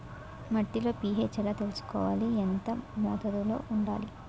మట్టిలో పీ.హెచ్ ఎలా తెలుసుకోవాలి? ఎంత మోతాదులో వుండాలి?